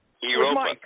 Europa